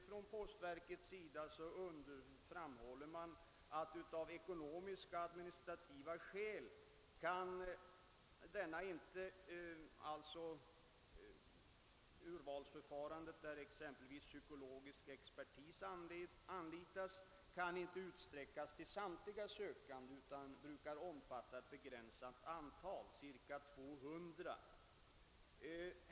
Från postverket framhålles att det urvalsförfarande, där bl.a. psykologisk expertis anlitas, av ekonomiska och administrativa skäl inte kan utsträckas till samtliga sökande utan brukar omfatta ett begränsat antal, nämligen ca 200.